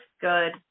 good